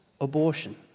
abortion